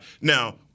Now